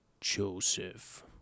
Joseph